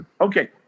Okay